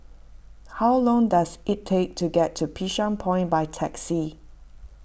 how long does it take to get to Bishan Point by taxi